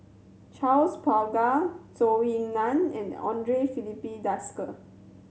Charles Paglar Zhou Ying Nan and Andre Filipe Desker